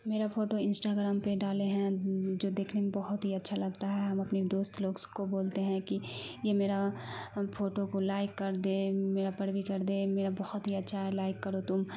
میرا photo Instagram پہ ڈالے ہیں جو دیکھنے میں بہت ہی اچھا لگتا ہے ہم اپنی دوست لوگ کو بولتے ہیں کہ یہ میرا پھوٹو کو لائک کر دے میرا پیروی کر دے میرا بہت ہی اچھا ہے لائک کرو تم